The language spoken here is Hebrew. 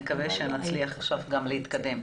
אני מקווה שנצליח להתקדם.